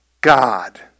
God